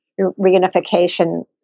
reunification